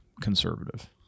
conservative